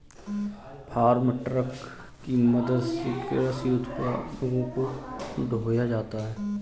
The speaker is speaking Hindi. फार्म ट्रक की मदद से कृषि उत्पादों को ढोया जाता है